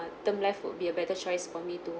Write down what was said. term life would be a better choice for me to